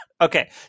Okay